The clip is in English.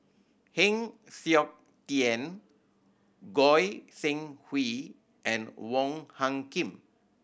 Heng Siok Tian Goi Seng Hui and Wong Hung Khim